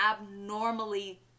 abnormally